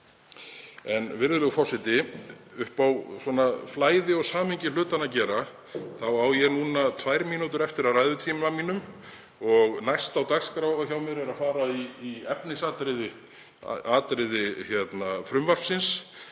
Virðulegur forseti. Upp á flæði og samhengi hlutanna að gera þá á ég núna tvær mínútur eftir af ræðutíma mínum og næst á dagskrá hjá mér er að fara í efnisatriði frumvarpsins